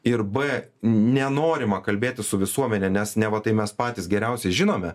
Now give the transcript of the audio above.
ir b nenorima kalbėtis su visuomene nes neva tai mes patys geriausiai žinome